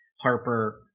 Harper